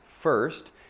first